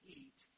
eat